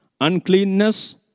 uncleanness